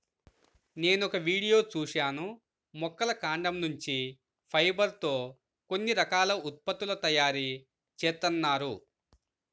నేనొక వీడియో చూశాను మొక్కల కాండం నుంచి ఫైబర్ తో కొన్ని రకాల ఉత్పత్తుల తయారీ జేత్తన్నారు